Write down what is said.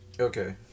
Okay